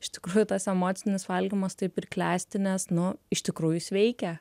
iš tikrųjų tas emocinis valgymas taip ir klesti nes nu iš tikrųjų jis veikia